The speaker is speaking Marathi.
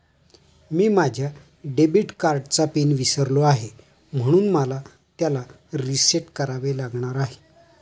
मी माझ्या डेबिट कार्डचा पिन विसरलो आहे म्हणून मला त्याला रीसेट करावे लागणार आहे